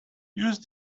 use